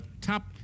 top